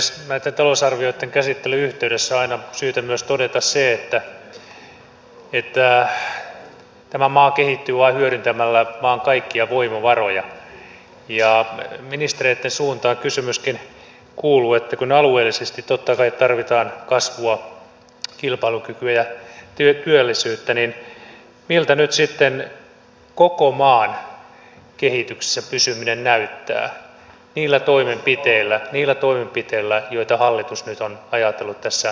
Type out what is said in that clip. näitten talousarvioitten käsittelyn yhteydessä on aina syytä myös todeta se että tämä maa kehittyy vain hyödyntämällä maan kaikkia voimavaroja ja ministereitten suuntaan kysymys kuuluukin että kun alueellisesti totta kai tarvitaan kasvua kilpailukykyä ja työllisyyttä niin miltä nyt sitten koko maan kehityksessä pysyminen näyttää niillä toimenpiteillä joita hallitus nyt on ajatellut tässä lähivuosina tehdä